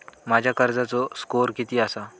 माझ्या कर्जाचो स्कोअर किती आसा?